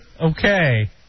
Okay